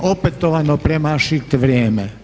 Opetovano premašit vrijeme.